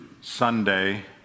Sunday